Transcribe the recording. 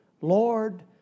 Lord